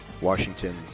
Washington